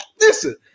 Listen